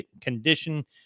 condition